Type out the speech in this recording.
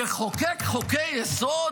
נחוקק חוקי-יסוד?